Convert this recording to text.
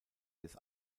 des